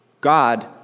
God